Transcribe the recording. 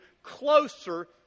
Closer